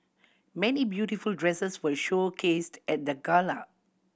many beautiful dresses were showcased at the gala